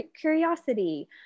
curiosity